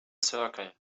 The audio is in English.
circle